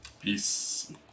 Peace